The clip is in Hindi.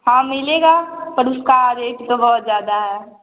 हाँ मिलेगा पर उसका रेट तो बहुत ज्यादा है